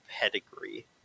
pedigree